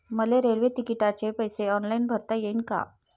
मले रेल्वे तिकिटाचे पैसे ऑनलाईन भरता येईन का?